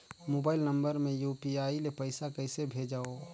Mobile number मे UPI ले पइसा कइसे भेजवं?